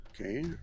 Okay